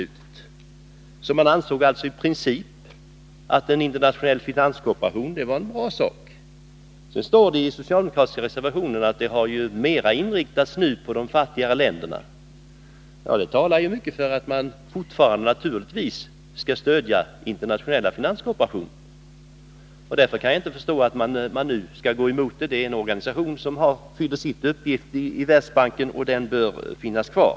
Man ansåg utvecklingssamaralltså i princip att ett internationellt finansieringsbolag var en bra sak. bete-m.m. I dag står det i den socialdemokratiska reservationen att IFC:s verksamhet nu har inriktats mera på de fattiga länderna. Det talar ju mycket för att vi fortfarande skall stödja Internationella finansieringsbolaget, och därför kan jag inte förstå varför man nu skall gå emot det. Det är en organisation som fyller sin uppgift inom Världsbanken, och den bör finnas kvar.